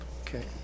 okay